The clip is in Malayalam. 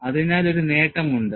അതിനാൽ ഒരു നേട്ടമുണ്ട്